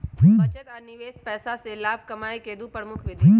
बचत आ निवेश पैसा से लाभ कमाय केँ दु प्रमुख विधि हइ